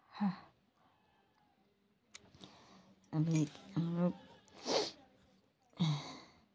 अभी हम लोग